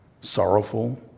sorrowful